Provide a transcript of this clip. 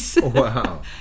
Wow